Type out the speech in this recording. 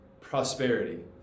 prosperity